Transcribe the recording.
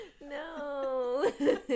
No